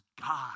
God